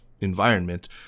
environment